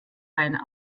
ein